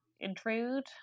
intrude